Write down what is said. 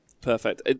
Perfect